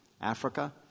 Africa